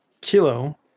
Kilo